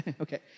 Okay